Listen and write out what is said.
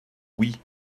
oui